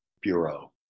bureau